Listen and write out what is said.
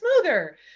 smoother